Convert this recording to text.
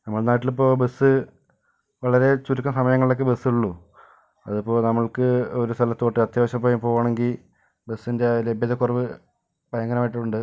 നമ്മളെ നാട്ടിലിപ്പോ ബസ് വളരെ ചുരുക്കം സമയങ്ങളിലക്കെ ബസ്സ് ഉള്ളൂ അതിപ്പോ നമ്മൾക്ക് ഒരു സ്ഥലത്തോട്ട് അത്യാവശ്യമായി പോകണമെങ്കി ബസിൻ്റെ ലഭ്യതക്കുറവ് ഭയങ്കരം ആയിട്ടുണ്ട്